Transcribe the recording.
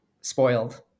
spoiled